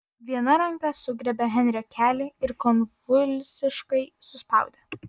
viena ranka sugriebė henrio kelį ir konvulsiškai suspaudė